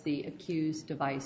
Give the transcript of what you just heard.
the accused device